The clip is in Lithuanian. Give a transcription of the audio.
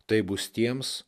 tai bus tiems